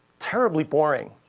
terribly boring,